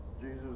Jesus